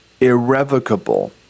irrevocable